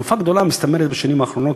תנופה גדולה מסתמנת בשנים האחרונות,